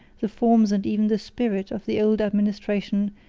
the forms, and even the spirit, of the old administration,